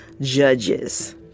judges